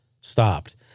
stopped